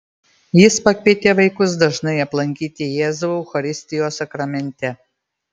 jis pakvietė vaikus dažnai aplankyti jėzų eucharistijos sakramente